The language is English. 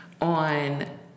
on